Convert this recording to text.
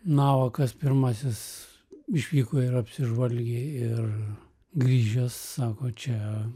navakas pirmasis išvyko ir apsižvalgė ir grįžęs sako čia